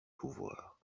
pouvoir